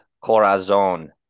Corazon